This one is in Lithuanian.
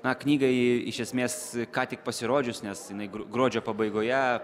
na knygai iš esmės ką tik pasirodžius nes jinai gruodžio pabaigoje